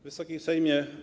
Wysoki Sejmie!